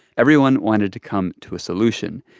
everyone wanted to come to a solution.